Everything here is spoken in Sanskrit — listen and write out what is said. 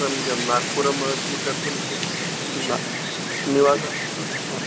समीचीनं नाग्पुरमध्ये कर्तुं तु न निवासः हा